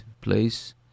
place